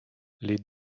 les